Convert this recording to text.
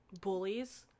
bullies